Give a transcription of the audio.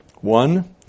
One